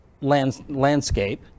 landscape